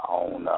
on